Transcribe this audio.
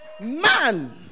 man